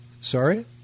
sorry